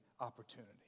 opportunity